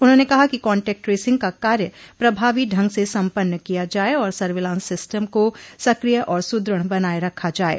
उन्होंने कहा कि कान्टैक्ट ट्रेसिंग कार्य प्रभावी ढंग से सम्पन्न किया जाये और सर्विलांस सिस्टम को सक्रिय और सुदृढ़ बनाये रखा जाये